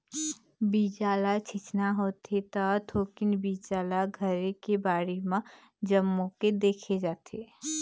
बीजा ल छिचना होथे त थोकिन बीजा ल घरे के बाड़ी म जमो के देखे जाथे